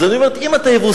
אז אני אומר: אם אתה יבוסי,